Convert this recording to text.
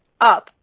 up